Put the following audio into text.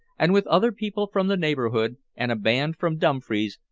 and with other people from the neighborhood and a band from dumfries,